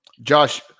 Josh